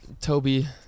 Toby